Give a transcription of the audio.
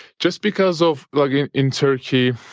just because of like in in turkey,